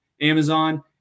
Amazon